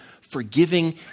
forgiving